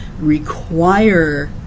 require